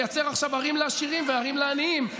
לייצר עכשיו ערים לעשירים וערים לעניים.